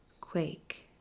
quake